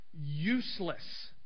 useless